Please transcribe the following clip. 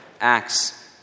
Acts